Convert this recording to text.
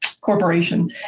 corporation